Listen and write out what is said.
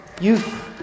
youth